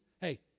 hey